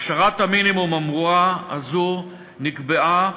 הכשרת המינימום הזו נקבעה,